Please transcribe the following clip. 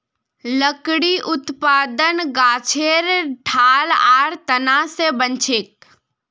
लकड़ी उत्पादन गाछेर ठाल आर तना स बनछेक